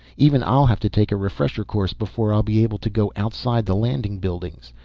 even i'll have to take a refresher course before i'll be able to go outside the landing buildings.